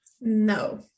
No